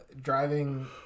Driving